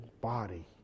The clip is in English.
body